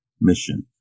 mission